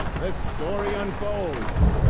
this story unfolds.